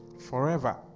Forever